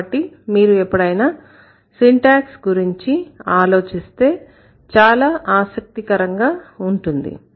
కాబట్టి మీరు ఎపుడైనా సింటాక్స్ గురించి ఆలోచిస్తే చాలా ఆసక్తికరంగా ఉంటుంది